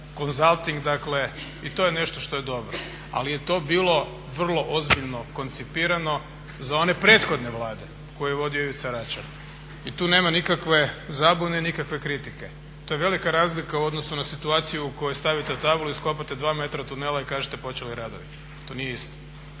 consulting dakle i to je nešto što je dobro. Ali je to bilo vrlo ozbiljno koncipirano za one prethodne Vlade koje je vodio Ivica Račan. I tu nema nikakve zabune i nikakve kritike. To je velika razlika u odnosu na situaciju u kojoj stavite tablu, iskopate 2 metra tunera i kažete počeli radovi. To nije isto.